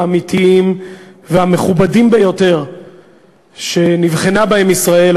האמיתיים והמכובדים ביותר שנבחנה בהם ישראל,